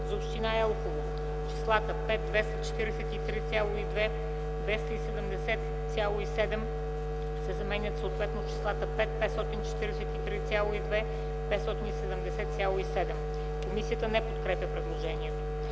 за община Елхово - числата „5 243,2” и „270,7” се заменят съответно с числата „5 543,2” и „570,7”.” Комисията не подкрепя предложението.